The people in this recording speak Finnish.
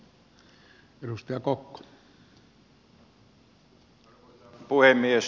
arvoisa puhemies